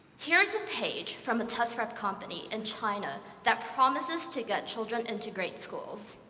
here's a page from a test-prep company in china that promises to get children into grade schools.